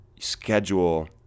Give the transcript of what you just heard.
schedule